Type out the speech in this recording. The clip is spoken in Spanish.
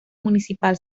municipal